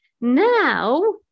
Now